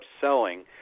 selling